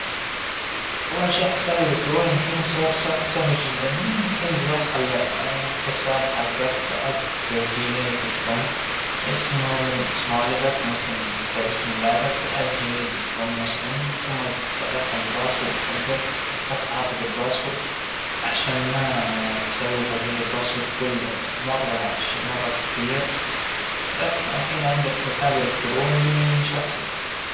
بنفتح الويب سايت حق جوجل، بنختار إنشاء حساب بريد إلكترونى جديد، بندخل البيانات اللى هو طالبها منا، الأسم و رقم التلفون، نكتب الصيغة اللى يبيها للإيميل تبعوا، وبس بنضعط حفظ، وا- وتفعيل للإيميل.